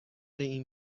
این